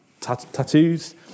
tattoos